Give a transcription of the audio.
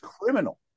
criminal